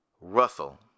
Russell